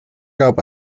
gab